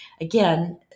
Again